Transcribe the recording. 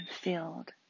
filled